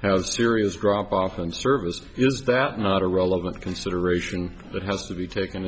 have serious drop off and service is that not a relevant consideration that has to be taken